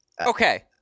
Okay